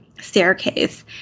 staircase